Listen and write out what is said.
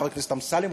חבר הכנסת אמסלם,